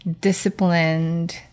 disciplined